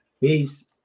Peace